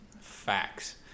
Facts